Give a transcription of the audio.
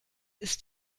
ist